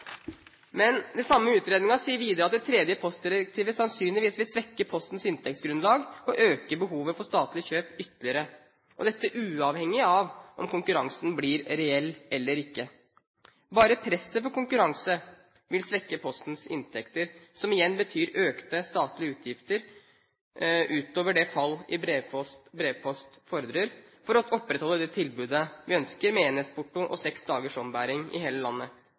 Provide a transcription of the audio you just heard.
Den samme utredningen sier videre at det tredje postdirektivet sannsynligvis vil svekke Postens inntektsgrunnlag og øke behovet for statlig kjøp ytterligere, uavhengig av om konkurransen blir reell eller ikke. Bare presset fra konkurranse vil svekke Postens inntekter, som igjen betyr økte statlige utgifter utover det fall i brevpost fordrer, for å opprettholde det tilbudet vi ønsker, med enhetsporto og seks dagers ombæring i hele landet.